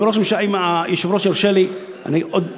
אם היושב-ראש ירשה לי, עוד דקה.